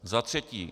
Za třetí.